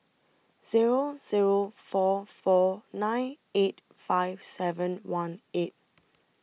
Zero Zero four four nine eight five seven one eight